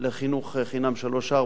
לחינוך חינם שלוש-ארבע,